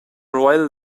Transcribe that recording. royal